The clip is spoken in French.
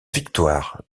victoire